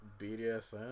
BDSM